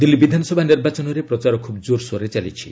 ଦିଲ୍ଲୀ ବିଧାନସଭା ନିର୍ବାଚନରେ ପ୍ରଚାର ଖୁବ୍ ଜୋରସୋରରେ ଚାଲିଛି